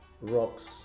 rocks